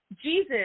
Jesus